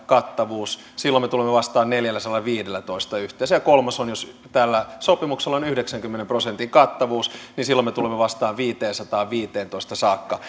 kattavuus silloin me tulemme vastaan neljälläsadallaviidellätoista miljoonalla yhteensä ja kolmas on se että jos tällä sopimuksella on yhdeksänkymmenen prosentin kattavuus niin silloin me tulemme vastaan viiteensataanviiteentoista miljoonaan saakka